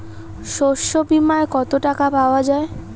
শস্য বিমায় কত টাকা পাওয়া যায়?